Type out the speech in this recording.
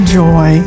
joy